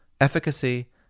efficacy